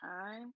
time